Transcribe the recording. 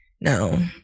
no